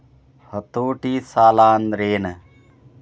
ಹತೋಟಿ ಸಾಲಾಂದ್ರೆನ್?